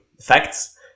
facts